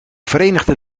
verenigde